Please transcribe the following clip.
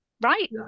right